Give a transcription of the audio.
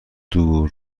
دور